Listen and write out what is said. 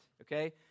Okay